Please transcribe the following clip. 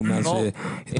מלצאת.